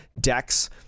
decks